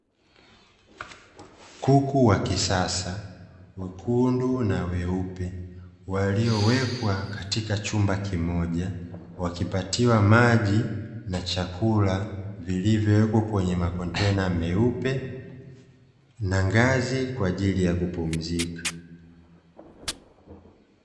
Kuku wa kisasa wekundu na weupe waliowekwa katika chumba kimoja, wakipatiwa maji na chakula vilivyowekwa kwenye makontena meupe, na ngazi kwa ajili ya kupumzika.